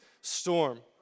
storm